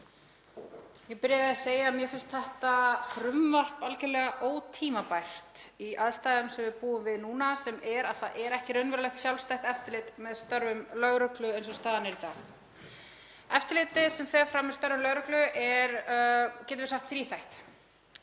Ég byrjaði á að segja að mér finnst þetta frumvarp algjörlega ótímabært í aðstæðum sem við búum við núna sem er að það er ekki raunverulegt sjálfstætt eftirlit með störfum lögreglu eins og staðan er í dag. Eftirlitið sem fer fram með starfi lögreglu er, getum við sagt, þríþætt.